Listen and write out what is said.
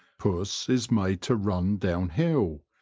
puss is made to run down-hill,